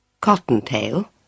Cottontail